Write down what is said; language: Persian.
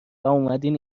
واومدین